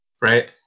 right